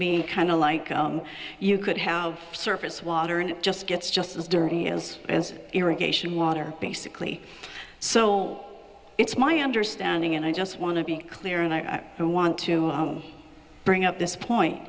me kind of like you could have surface water and it just gets just as dirty as as irrigation water basically so it's my understanding and i just want to be clear and i want to bring up this point